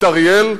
את אריאל,